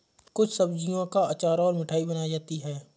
कुछ सब्जियों का अचार और मिठाई बनाई जाती है